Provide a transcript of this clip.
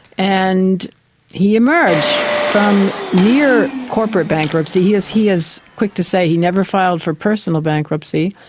and he emerged from near corporate bankruptcy, he is he is quick to say he never filed for personal bankruptcy,